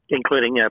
including